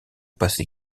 passé